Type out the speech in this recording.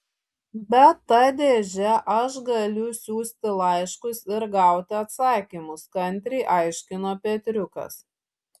bet ta dėže aš galiu siųsti laiškus ir gauti atsakymus kantriai aiškino petriukas